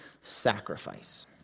sacrifice